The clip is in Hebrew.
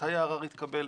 מתי הערר התקבל,